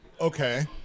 Okay